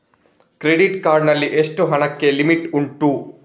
Credit card ನಲ್ಲಿ ಎಷ್ಟು ಹಣಕ್ಕೆ ಲಿಮಿಟ್ ಉಂಟು?